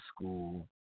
school